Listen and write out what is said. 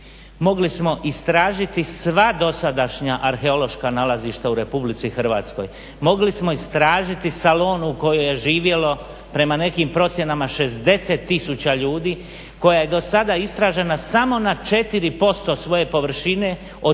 Mogli smo istražiti sva dosadašnja arheološka nalazišta u RH, mogli smo istražiti Salonu u kojoj je živjelo prema nekim procjenama 60 tisuća ljudi, koja je dosada istražena samo na 4% svoje površine